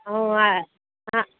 ఆ